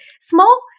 small